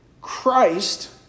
Christ